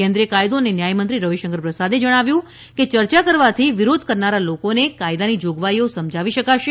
કેન્દ્રિય કાયદો અને ન્યાય મંત્રી રવિશંકર પ્રસાદે જણાવ્યું હતું કે ચર્ચા કરવાથી વિરોધ કરનારા લોકોને કાયદાની જોગવાઇઓ સમજાવી શકાશે